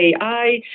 AI